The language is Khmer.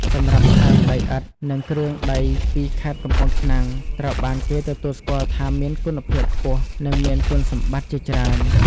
សម្រាប់ផើងដីឥដ្ឋ និងគ្រឿងដីពីខេត្តកំពង់ឆ្នាំង ត្រូវបានគេទទួលស្គាល់ថាមានគុណភាពខ្ពស់ និងមានគុណសម្បត្តិជាច្រើន។